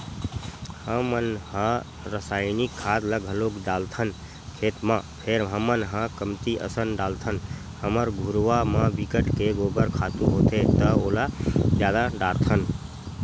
हमन ह रायसायनिक खाद ल घलोक डालथन खेत म फेर हमन ह कमती असन डालथन हमर घुरूवा म बिकट के गोबर खातू होथे त ओला जादा डारथन